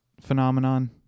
phenomenon